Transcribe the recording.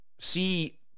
see